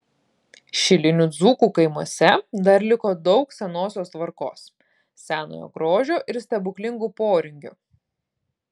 šilinių dzūkų kaimuose dar liko daug senosios tvarkos senojo grožio ir stebuklingų poringių